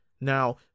Now